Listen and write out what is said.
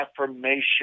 affirmation